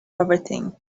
everything